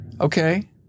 Okay